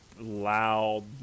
loud